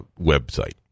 website